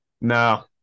No